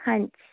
ਹਾਂਜੀ